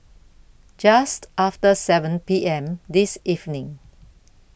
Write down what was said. Just after seven P M This evening